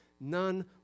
None